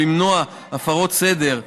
ולמנוע הפרות סדר,